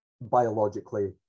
biologically